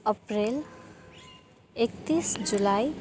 अप्रेल एक्तिस जुलाई